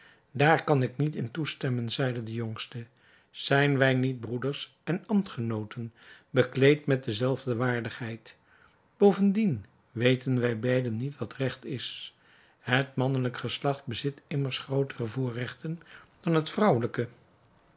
daar kan ik niet in toestemmen zeide de jongste zijn wij niet broeders en ambtgenooten bekleed met de zelfde waardigheid bovendien weten wij beiden niet wat regt is het mannelijke geslacht bezit immers grootere voorregten dan het vrouwelijke